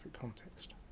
context